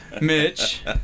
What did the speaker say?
Mitch